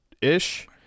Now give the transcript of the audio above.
ish